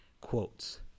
quotes